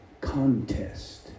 contest